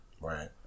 Right